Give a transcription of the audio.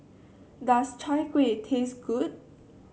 does Chai Kueh taste good